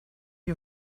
gli